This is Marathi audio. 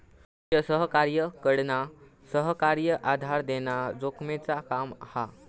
मुख्य सहकार्याकडना सहकार्याक उधार देना जोखमेचा काम हा